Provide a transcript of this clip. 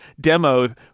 demo